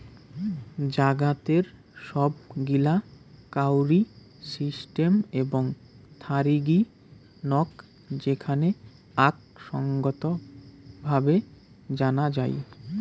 জাগাতের সব গিলা কাউরি সিস্টেম এবং থারিগী নক যেখানে আক সঙ্গত ভাবে জানা যাই